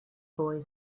boy